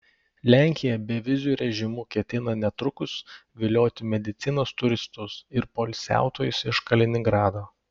lenkija beviziu režimu ketina netrukus vilioti medicinos turistus ir poilsiautojus iš kaliningrado